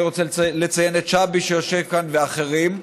אני רוצה לציין את שבי, שיושב כאן, ואחרים.